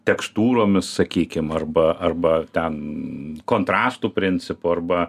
tekstūromis sakykim arba arba ten kontrastų principu arba